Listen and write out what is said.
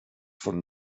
von